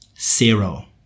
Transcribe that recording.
zero